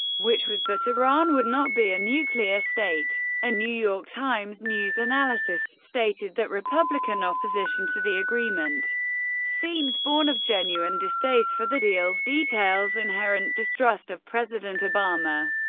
which was that iran would not be a nuclear state. a new york times news analysis stated that republican opposition to the agreement seems born of genuine distaste for the deal's details, inherent distrust of president obama,